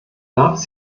darf